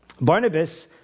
Barnabas